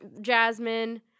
Jasmine